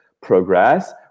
progress